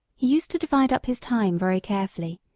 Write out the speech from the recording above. used to divide up his time very carefully,